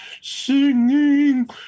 singing